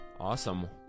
Awesome